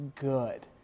good